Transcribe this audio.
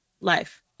life